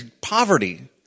poverty